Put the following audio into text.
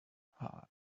heart